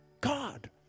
God